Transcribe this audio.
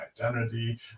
identity